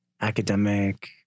academic